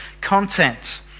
content